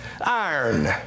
iron